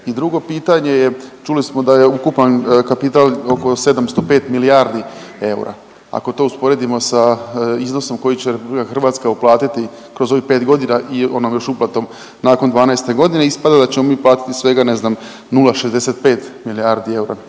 I drugo pitanje je, čuli smo da je ukupan kapital oko 705 milijardi eura, ako to usporedimo sa iznosom koji će RH uplatiti kroz ovih 5 godina i onom još uplatom nakon 12-te godine ispada da ćemo mi platiti svega ne znam 0,65 milijardi eura,